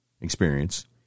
experience